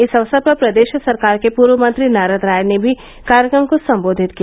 इस अवसर पर प्रदेष सरकार के पूर्व मंत्री नारद राय ने भी कार्यक्रम को सम्बोधित किया